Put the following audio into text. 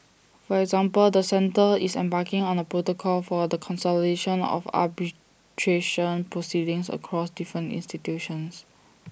for example the centre is embarking on A protocol for the consolidation of arbitration proceedings across different institutions